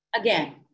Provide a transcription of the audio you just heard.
Again